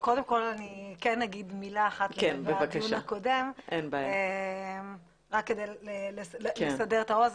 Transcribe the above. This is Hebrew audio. קודם כל אני כן אגיד מילה אחת לגבי הדיון הקודם רק כדי לסבר את האוזן.